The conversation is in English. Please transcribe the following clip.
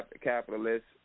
capitalists